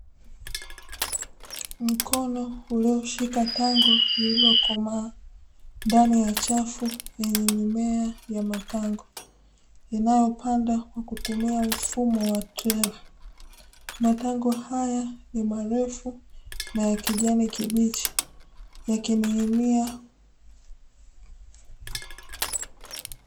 Mkono ulioshika tango lililokomaa, ndani ya chafu yenye mimea ya matango. Yanayopandwa kwa kutumia mfumo wa trela, matango haya ni marefu na yenye rangi ya kijani kibichi yakining'inia.